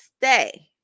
stay